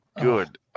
good